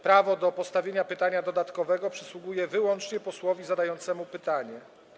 Prawo do postawienia pytania dodatkowego przysługuje wyłącznie posłowi zadającemu pytanie.